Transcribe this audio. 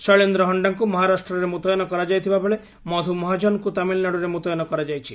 ଶୈଳେନ୍ଦ୍ର ହଣ୍ଡାଙ୍କୁ ମହାରାଷ୍ଟ୍ରରେ ମୁତୟନ କରାଯାଇଥିବାବେଳେ ମଧୁ ମହାଜନଙ୍କୁ ତାମିଲନାଡୁରେ ମୁତୟନ କରାଯାଇଛି